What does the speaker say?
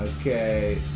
Okay